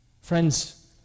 Friends